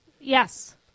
Yes